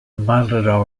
matador